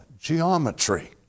geometry